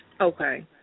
Okay